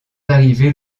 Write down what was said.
arriver